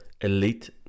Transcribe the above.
elite